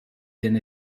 din